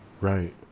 Right